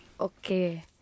Okay